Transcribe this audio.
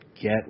get